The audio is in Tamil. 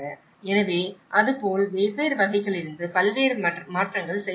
எனவே அது போல வெவ்வேறு வகைகளிலிருந்து பல்வேறு மாற்றங்கள் செய்யப்பட்டுள்ளன